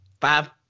five –